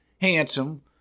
Handsome